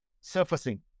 surfacing